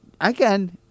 again